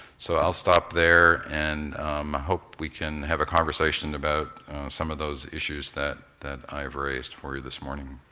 so i'll stop there and i hope we can have a conversation about some of those issues that that i have raised for you this morning.